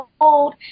old